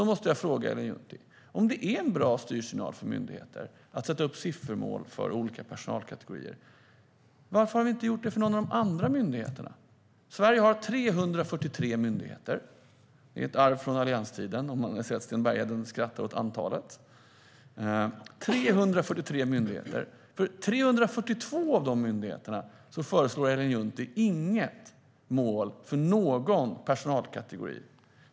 Då måste jag fråga Ellen Juntti: Om det är en bra styrsignal till myndigheter att sätta upp siffermål för olika personalkategorier, varför har vi då inte gjort det för någon av de andra myndigheterna? Sverige har 343 myndigheter. Det är ett arv från allianstiden - jag ser att Sten Bergheden skrattar åt antalet. För 342 av de myndigheterna föreslår Ellen Juntti inget mål för någon personalkategori.